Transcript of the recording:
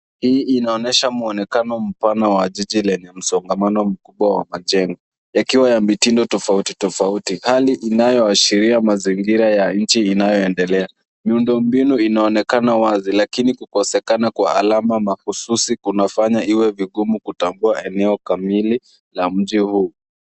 Hii inaonyesha mwonekano mpana wa jiji lenye msongamano mkubwa wa majengo yakiwa ya mitindo tofauti tofauti. Hali inayoashiria mazingira ya nchi inayoendelea. Miundombinu inaonekana wazi lakini kukosekana kwa alama mahususi kunafanya iwe vigumu kutambua eneo kamili la mji huu.